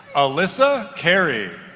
alissa carey